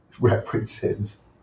references